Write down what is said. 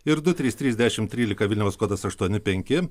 ir du trys trys dešim trylika vilniaus kodas aštuoni penki